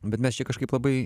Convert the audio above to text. bet mes čia kažkaip labai